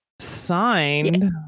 signed